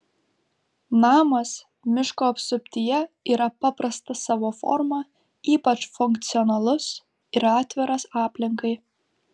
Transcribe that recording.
namas miško apsuptyje yra paprastas savo forma ypač funkcionalus ir atviras aplinkai